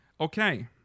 Okay